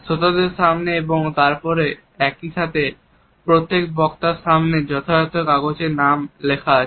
শ্রোতাদের সামনে এবং তারপরে একই সাথে প্রত্যেক বক্তার সামনে যথাযথ কাগজে নাম লেখা আছে